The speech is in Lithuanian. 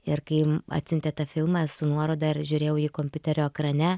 ir kai atsiuntė tą filmą su nuoroda ir žiūrėjau jį kompiuterio ekrane